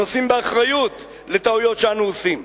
נושאים באחריות לטעויות שאנו עושים,